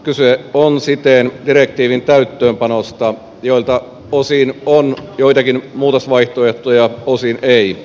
kyse on siten direktiivin täytäntöönpanosta jolta osin on joitakin muutosvaihtoehtoja osin ei